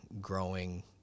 growing